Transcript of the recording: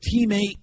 teammate